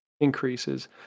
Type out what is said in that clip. increases